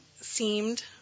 seemed